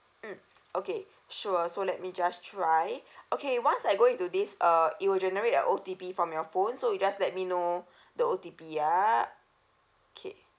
mm okay sure so let me just try okay once I go into this uh it will generate a O_T_P from your phone so you just let me know the O_T_P ah okay